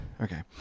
Okay